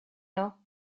nhw